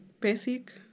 basic